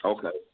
Okay